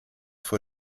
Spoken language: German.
vor